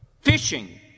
fishing